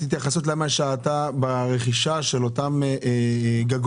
האטה ברכישה של אותם גגות.